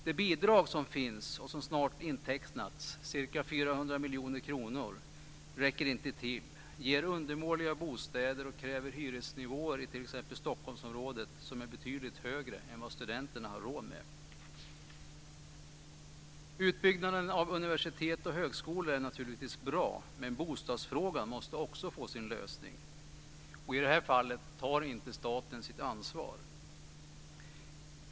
Det bidrag som finns och som snart intecknats, ca 400 miljoner kronor, räcker inte till, ger undermåliga bostäder och kräver hyresnivåer i t.ex. Stockholmsområdet som är betydligt högre än studenterna har råd med. Utbyggnaden av universitet och högskolor är naturligtvis bra. Men bostadsfrågan måste också få sin lösning. I det här fallet tar inte staten sitt ansvar.